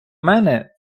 мене